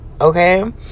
Okay